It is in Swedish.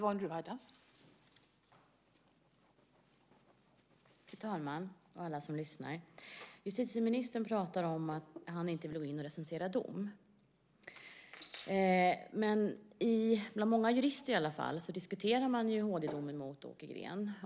Fru talman! Justitieministern talar om att han inte vill gå in och recensera domar. Men många jurister diskuterar i alla fall HD-domen mot Åke Green.